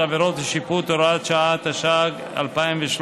חבריי חברי הכנסת, הצעת החוק באה, למעשה,